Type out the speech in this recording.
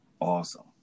awesome